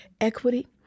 equity